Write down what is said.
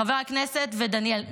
חבר הכנסת ודניאל,